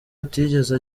atigeze